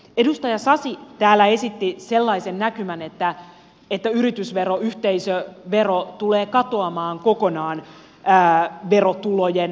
edustaja sasi täällä esitti sellaisen näkymän että yritysvero yhteisövero tulee katoamaan kokonaan verotulojen potista